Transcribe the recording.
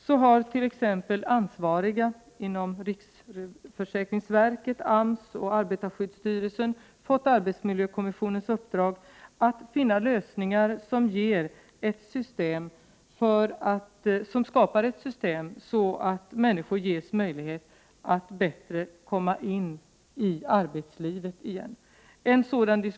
Så har t.ex. ansvariga inom riksförsäkringsverket, AMS och arbetarskyddsstyrelsen fått arbetsmiljökommissionens uppdrag att finna lösningar som gör att människor får möjlighet att lättare komma in i arbetslivet igen.